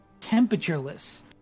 temperatureless